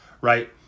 right